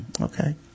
okay